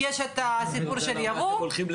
בזמן הביניים,